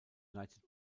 united